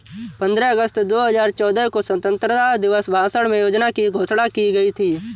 पन्द्रह अगस्त दो हजार चौदह को स्वतंत्रता दिवस भाषण में योजना की घोषणा की गयी थी